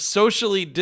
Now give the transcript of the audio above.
socially